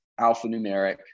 alphanumeric